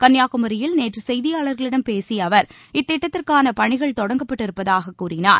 கள்ளியாகுமரியில் நேற்று செய்தியாளர்களிடம் பேசிய அவர் இத்திட்டத்திற்கான பணிகள் தொடங்கப்பட்டு இருப்பதாக கூறினார்